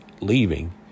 leaving